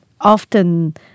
often